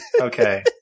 Okay